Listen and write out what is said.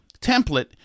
template